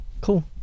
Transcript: Cool